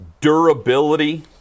durability